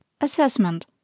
Assessment